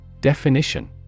Definition